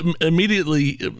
immediately